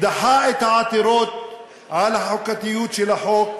דחה את העתירות על החוקתיות של החוק,